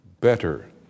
better